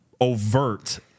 overt